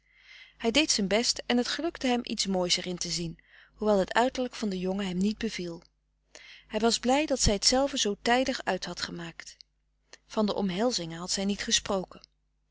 hij deed zijn best en het gelukte hem iets moois er in te zien hoewel het uiterlijk van den jongen hem niet beviel hij was blij dat zij t zelve zoo tijdig uit had gemaakt van de omhelzingen had zij niet gesproken